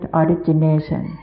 origination